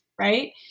right